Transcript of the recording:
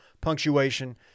punctuation